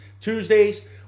Tuesdays